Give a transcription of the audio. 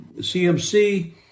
CMC